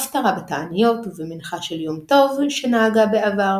הפטרה בתעניות ובמנחה של יום טוב שנהגה בעבר,